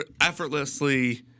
effortlessly